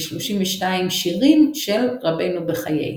ו-32 שירים של רבינו בחיי.